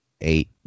Eight